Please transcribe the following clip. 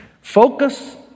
Focus